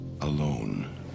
Alone